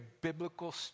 biblical